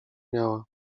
miała